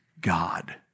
God